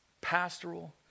pastoral